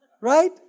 right